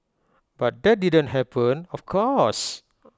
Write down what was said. but that didn't happen of course